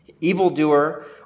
evildoer